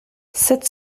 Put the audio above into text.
sept